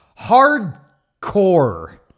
Hardcore